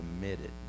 committed